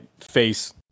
face